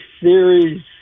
series